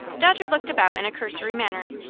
dodger looked about in a cursory manner,